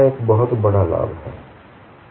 यह एक बहुत बड़ा लाभ है